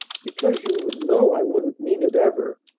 because you would know i wouldn't mean it ever.